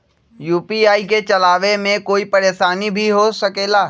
UPI के चलावे मे कोई परेशानी भी हो सकेला?